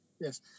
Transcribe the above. Yes